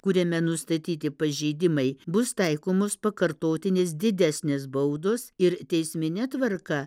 kuriame nustatyti pažeidimai bus taikomos pakartotinės didesnės baudos ir teismine tvarka